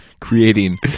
creating